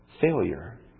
failure